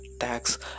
Tax